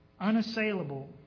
unassailable